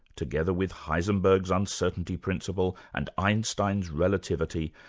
together with heisenberg's uncertainty principle and einstein's relativity,